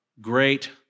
great